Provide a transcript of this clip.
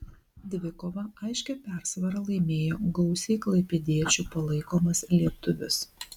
dvikovą aiškia persvara laimėjo gausiai klaipėdiečių palaikomas lietuvis